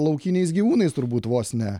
laukiniais gyvūnais turbūt vos ne